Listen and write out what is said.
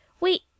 Wait